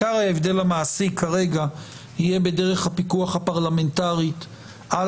עיקר ההבדל המעשי כרגע יהיה בדרך הפיקוח הפרלמנטרית על